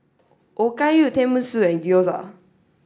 Okayu Tenmusu and Gyoza